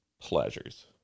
pleasures